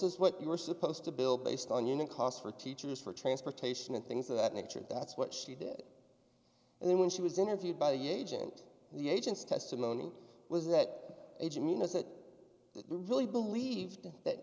is what you were supposed to bill based on unit cost for teachers for transportation and things of that nature that's what she did and then when she was interviewed by the agent the agent's testimony was that age i mean is it really believed that